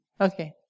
Okay